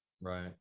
Right